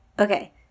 Okay